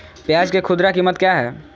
प्याज के खुदरा कीमत क्या है?